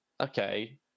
okay